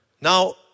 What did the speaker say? Now